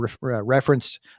Referenced